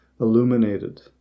illuminated